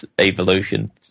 evolution